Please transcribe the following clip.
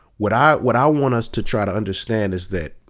what i what i want us to try to understand is that,